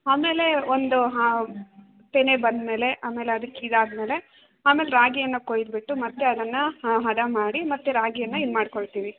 ಆಮೇಲೆ ಒಂದು ಹಾಂ ತೆನೆ ಬಂದ ಮೇಲೆ ಆಮೇಲೆ ಅದಿಕ್ಕೆ ಇದಾದ ಮೇಲೆ ಆಮೇಲೆ ರಾಗಿಯನ್ನು ಕೊಯ್ದುಬಿಟ್ಟು ಮತ್ತೆ ಅದನ್ನು ಹದ ಮಾಡಿ ಮತ್ತೆ ರಾಗಿಯನ್ನು ಇದು ಮಾಡ್ಕೊಳ್ತೀವಿ